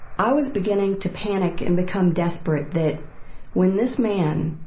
i was beginning to panic and become desperate that when this man